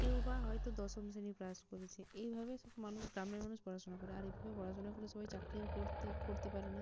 কেউ বা হয়তো দশম শ্রেণী পাস করেছে এইভাবে সব মানুষ গ্রামের মানুষ পড়াশুনা করে আর এভাবে পড়াশোনা করে সবাই চাকরিও করতে করতে পারে না